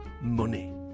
money